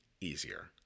easier